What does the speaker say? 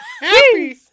Happy